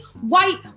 white